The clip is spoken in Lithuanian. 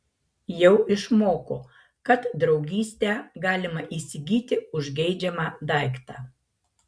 jau išmoko kad draugystę galima įsigyti už geidžiamą daiktą